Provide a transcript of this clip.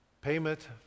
payment